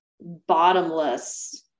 bottomless